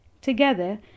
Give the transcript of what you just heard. Together